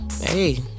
hey